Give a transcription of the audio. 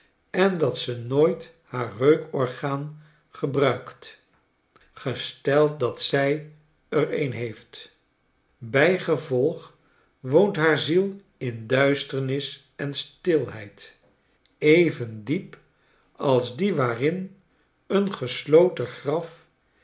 en dat ze nooit haar reukorgaan gebruikt gesteld dat zy er een heeft bijgevolg woont haar ziel in duisternis en stilheid even diep als die waarin eengesloten graf